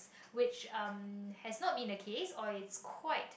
which um has not in the case or is quite